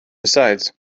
besides